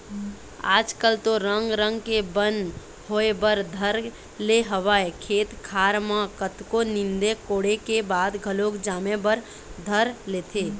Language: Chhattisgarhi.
आज कल तो रंग रंग के बन होय बर धर ले हवय खेत खार म कतको नींदे कोड़े के बाद घलोक जामे बर धर लेथे